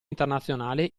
internazionale